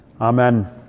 Amen